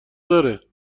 داره